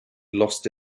lost